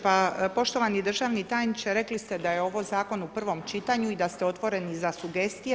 Poštovani državni tajniče, rekli ste da ovo Zakon u prvom čitanju i da ste otvoreni za sugestije.